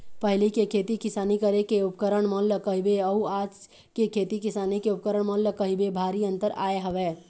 पहिली के खेती किसानी करे के उपकरन मन ल कहिबे अउ आज के खेती किसानी के उपकरन मन ल कहिबे भारी अंतर आय हवय